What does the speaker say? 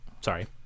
sorry